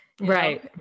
Right